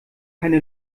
keine